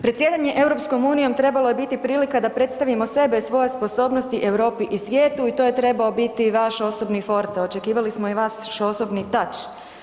Predsjedanje EU trebalo je biti prilika da predstavimo sebe, svoje sposobnosti, Europi i svijetu i to je trebao biti vaš osobni … očekivali smo i vaš osobni touch.